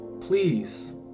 please